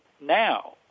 now